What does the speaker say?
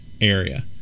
area